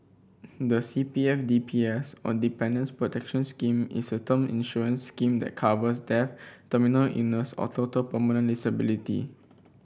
the C P F D P S or Dependants' Protection Scheme is a term insurance scheme that covers death terminal illness or total permanent disability